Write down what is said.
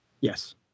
Yes